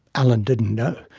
alan didn't know.